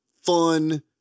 fun